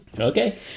Okay